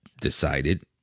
decided